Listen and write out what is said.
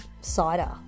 cider